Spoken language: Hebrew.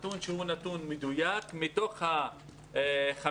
נתון שהוא נתון מדויק - מתוך 570